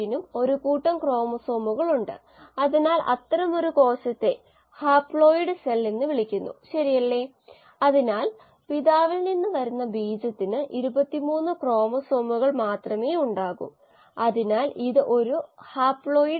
ഒരൊറ്റ കോശമാണ് നമ്മൾ പരിഗണിക്കുന്നതെങ്കിൽ ഏറ്റവും ലളിതമായ ഗണിത പ്രാതിനിധ്യം അല്ലെങ്കിൽ ഒരു ഗണിതശാസ്ത്ര മാതൃക ഇപ്രകാരമാണ് നൽകിയ കോശങ്ങളുടെ വളർച്ചയുടെ നിരക്ക് കോശങ്ങളുടെ സാന്ദ്രത x ന് നേരിട്ട് ആനുപാതികമാണ് ആദ്യ ഓർഡർ മോഡൽ അല്ലെങ്കിൽ ഒരു നിശ്ചിത mu x ന് തുല്യമാക്കുന്നു